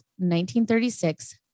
1936